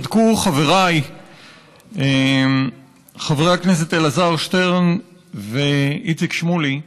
צדקו חבריי חברי הכנסת אלעזר שטרן ואיציק שמולי,